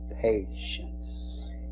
patience